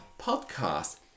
podcast